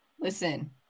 listen